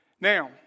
Now